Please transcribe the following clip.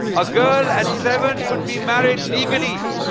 a girl at seven could be married legally.